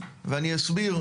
ואני אסביר.